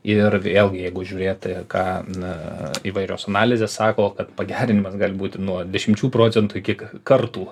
ir vėlgi jeigu žiūrėti ką na įvairios analizės sako kad pagerinimas gali būti nuo dešimčių procentų iki kartų